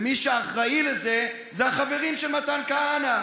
ומי שאחראי לזה אלו החברים של מתן כהנא.